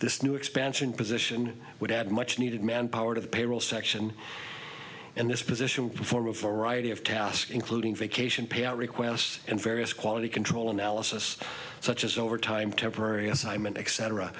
this new expansion position would add much needed manpower to the payroll section in this position for a variety of tasks including vacation pay out requests and various quality control analysis such as overtime temporary assignment e